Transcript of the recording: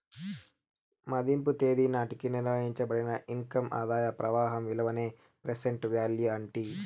మదింపు తేదీ నాటికి నిర్వయించబడిన ఇన్కమ్ ఆదాయ ప్రవాహం విలువనే ప్రెసెంట్ వాల్యూ అంటీ